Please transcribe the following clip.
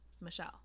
Michelle